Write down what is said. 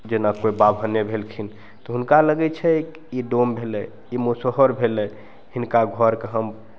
जेना कोइ बाभने भेलखिन तऽ हुनका लगय छै ई डोम भेलय ई मुसहर भेलय हिनका घरके हम